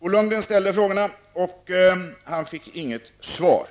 Bo Lundgren ställde frågorna, och han fick inget svar.